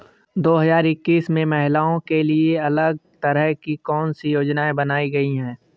दो हजार इक्कीस में महिलाओं के लिए अलग तरह की कौन सी योजना बनाई गई है?